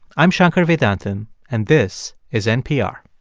i'm shankar vedantam, and this is npr